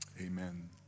amen